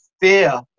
fear